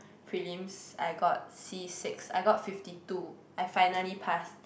prelims I got c-six I got fifty two I finally passed